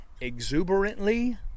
exuberantly